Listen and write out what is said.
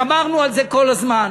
שמרנו על זה כל הזמן.